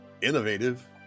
Innovative